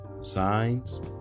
Signs